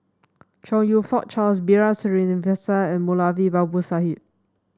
Chong You Fook Charles B R Sreenivasan and Moulavi Babu